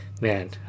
man